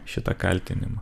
šitą kaltinimą